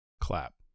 Clap